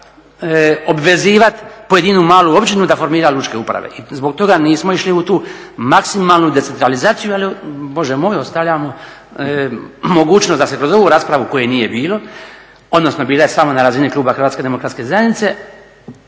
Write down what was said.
obvezivati pojedinu malo općinu da formira lučke uprave. I zbog toga nismo išli u tu maksimalnu decentralizaciju ali Bože moj ostavljamo mogućnost da se kroz ovu raspravu koje nije bilo, odnosno bila je samo na razini kluba HDZ-a, a možda i